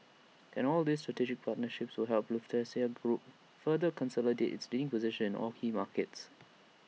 and all these strategic partnerships will help Lufthansa group further consolidate its leading position all key markets